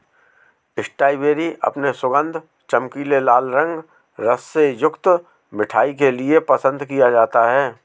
strawberry अपने सुगंध, चमकीले लाल रंग, रस से युक्त मिठास के लिए पसंद किया जाता है